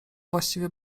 właściwie